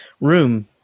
room